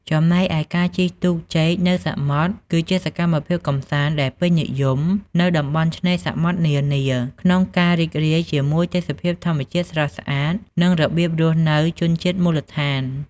ចំណែកឯការជិះទូកចេកនៅសមុទ្រ គឺជាសកម្មភាពកម្សាន្តដែលពេញនិយមនៅតំបន់ឆ្នេរសមុទ្រនានា ក្នុងការរីករាយជាមួយទេសភាពធម្មជាតិស្រស់ស្អាត និង របៀបរស់នៅជនជាតិមូលដ្ឋាន។